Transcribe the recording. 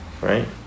right